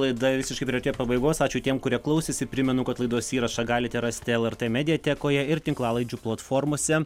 laida visiškai priartėjo pabaigos ačiū tiem kurie klausėsi primenu kad laidos įrašą galite rasti lrt mediatekoje ir tinklalaidžių platformose